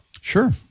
sure